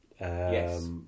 Yes